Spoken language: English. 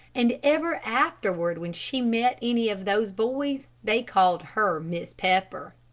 and ever afterward when she met any of those boys, they called her miss pepper.